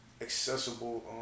accessible